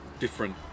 Different